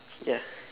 ya